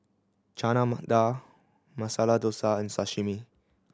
Chana Dal Masala Dosa and Sashimi